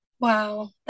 Wow